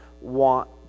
want